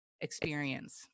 experience